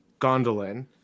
Gondolin